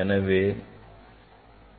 எனவே